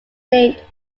named